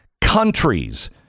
Countries